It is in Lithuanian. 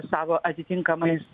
savo atitinkamais